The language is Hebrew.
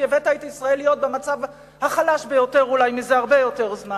כי הבאת את ישראל להיות במצב החלש ביותר אולי מזה הרבה זמן.